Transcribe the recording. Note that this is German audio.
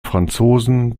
franzosen